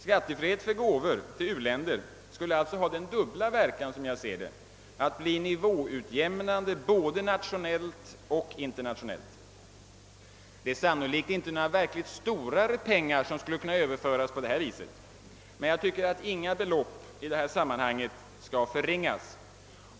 Skattefrihet för gåvor till u-länder skulle alltså ha den dubbla verkan, som jag ser det, att bli nivåutjämnande både nationellt och internationellt. Det är sannolikt inte några verkligt stora belopp som skulle kunna överföras på detta sätt, men jag tycker att inga belopp i detta sammanhang skall förringas.